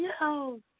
Yo